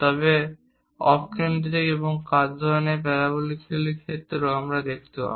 তবে অফ কেন্দ্রিক এবং কাত ধরণের প্যারাবোলাগুলির সাথেও আমরা দেখতে পাব